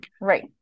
Right